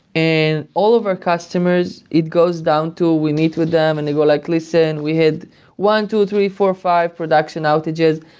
and all of our customers, it goes down to ah we meet with them and we go like, listen, we had one, two, three, four, five production outages.